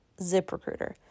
ZipRecruiter